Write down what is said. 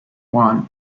wan